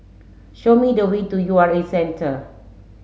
show me the way to U R A Centre